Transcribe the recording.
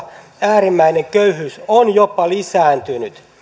äärimmäinen köyhyys on jopa lisääntynyt